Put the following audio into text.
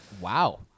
Wow